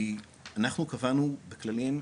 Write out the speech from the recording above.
כי אנחנו קבענו בכללים,